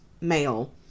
male